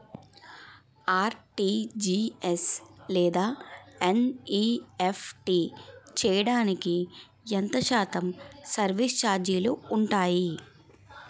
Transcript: RTGS లేదా NEFT చేయడానికి ఎంత శాతం సర్విస్ ఛార్జీలు ఉంటాయి?